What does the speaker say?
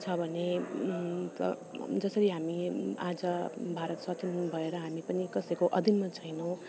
छ भने जसरी हामी आज भारत स्वतन्त्र भएर हामी पनि कसैको अधीनमा छैनौँ